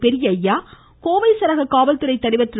பெரியய்யா கோவை சரக காவல்துறை தலைவர் திரு